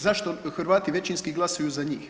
Zašto Hrvati većinski glasuju za njih?